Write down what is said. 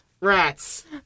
Rats